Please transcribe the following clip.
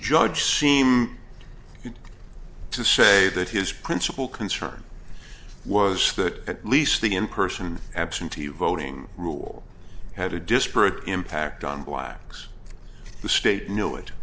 judge seem to say that his principal concern was that at least the in person absentee voting rule had a disparate impact on blacks the state know it